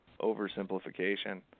oversimplification